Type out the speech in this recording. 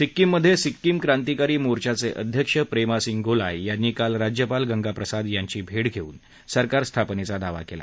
सिक्कीमधे सिक्किम क्रांतिकारी मोर्चा चे अध्यक्ष प्रेमासिंग गोलाय यांनी काल राज्यपाल गंगा प्रसाद यांची भेट घेऊन सरकार स्थापनेचा दावा केला